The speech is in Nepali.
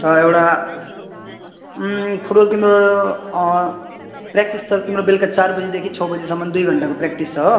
छ एउटा फुटबल तिम्रो प्र्याक्टिस छ तिम्रो बेलुका चार बजीदेखि छ बजीसम्म बेलुका दुई घन्टाको प्र्याक्टिस छ हो